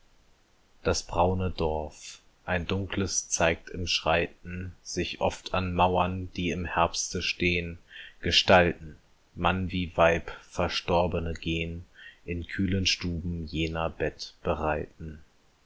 das braune dorf ein dunkles zeigt im schreiten sich oft an mauern die im herbste stehn gestalten mann wie weib verstorbene gehn in kühlen stuben jener bett bereiten